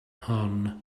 hon